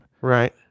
right